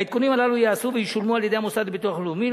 העדכונים הללו ייעשו וישולמו על-ידי המוסד לביטוח לאומי,